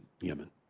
Yemen